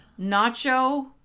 nacho